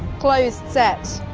closed set.